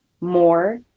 more